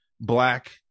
black